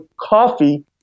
coffee